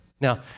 Now